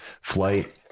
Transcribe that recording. flight